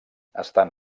estan